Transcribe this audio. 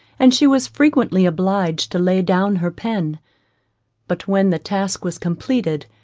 and she was frequently obliged to lay down her pen but when the task was completed,